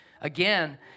again